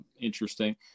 interesting